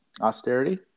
Austerity